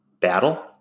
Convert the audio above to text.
battle